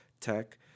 tech